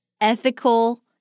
ethical